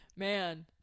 Man